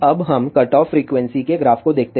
अब हम cutoff frequency के ग्राफ को देखते हैं